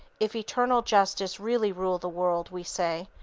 if eternal justice really rule the world, we say,